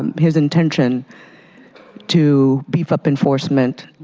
um his intention to beef up enforcement,